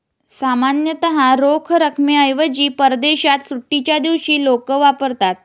सामान्यतः रोख रकमेऐवजी परदेशात सुट्टीच्या दिवशी लोक वापरतात